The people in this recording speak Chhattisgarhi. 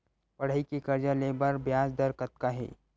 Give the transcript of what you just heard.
पढ़ई के कर्जा ले बर ब्याज दर कतका हे?